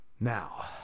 Now